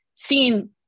Seen